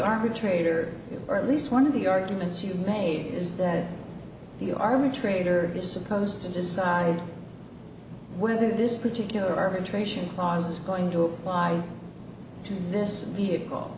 arbitrator or at least one of the arguments you made is that the army traitor is supposed to decide whether this particular arbitration clause is going to apply to this vehicle